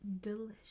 delicious